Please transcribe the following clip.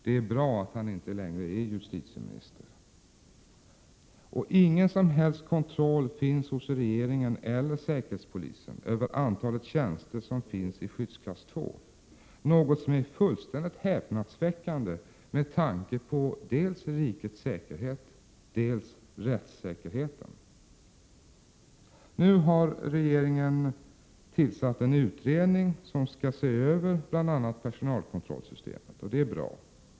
Det är bra att han inte längre är justitieminister. Ingen som helst kontroll finns hos regeringen eller säkerhetspolisen över antalet tjänster som finns i skyddsklass 2, något som är fullständigt häpnadsväckande med tanke på dels rikets säkerhet, dels rättssäkerheten. Nu har regeringen tillsatt en utredning som skall se över bl.a. personalkontrollsystemet. Det är bra.